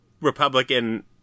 Republican